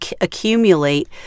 accumulate